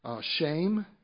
shame